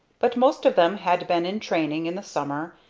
but most of them had been in training in the summer,